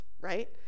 right